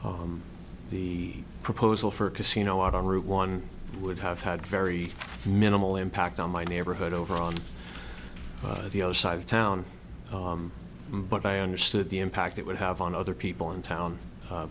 the proposal for a casino out on route one would have had very minimal impact on my neighborhood over on the other side of town but i understood the impact it would have on other people in town